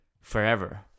forever